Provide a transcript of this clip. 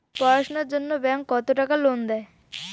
পড়াশুনার জন্যে ব্যাংক কত টাকা লোন দেয়?